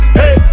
hey